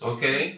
Okay